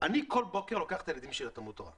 כל בוקר לקח את הילדים שלי לתלמוד תורה,